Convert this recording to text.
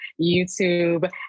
YouTube